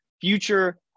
future